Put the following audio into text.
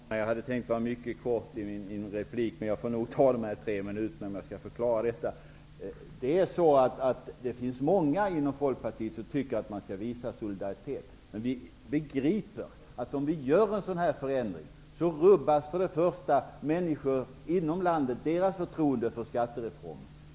Herr talman! Jag hade tänkt fatta mig mycket kort i den här repliken, men jag måste nog ta mina tre minuter i anspråk för att förklara detta. Det är många inom Folkpartiet som tycker att man skall visa solidaritet. Men vi begriper att om vi företar en sådan här förändring så rubbas först och främst förtroendet för skattereformen inom landet.